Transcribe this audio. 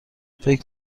فکر